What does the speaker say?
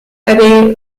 abbey